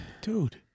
Dude